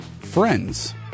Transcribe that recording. Friends